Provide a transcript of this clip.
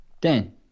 Dan